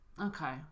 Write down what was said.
okay